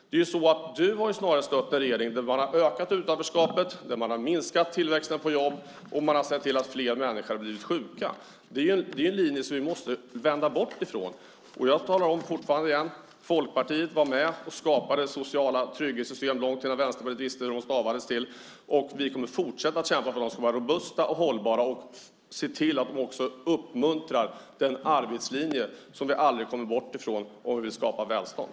Du har snarast stött en regering som har ökat utanförskapet, minskat tillväxten av jobb och sett till att fler människor har blivit sjuka. Det är en linje som vi måste vända bort ifrån. Jag säger det igen: Folkpartiet var med och skapade sociala trygghetssystem långt innan Vänsterpartiet visste hur man stavade till det. Vi kommer att fortsätta att kämpa för att de ska vara robusta och hållbara och se till att de uppmuntrar den arbetslinje som vi aldrig kommer bort ifrån om vi vill skapa välstånd.